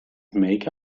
make